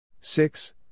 Six